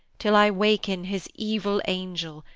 till i waken his evil angel,